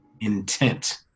intent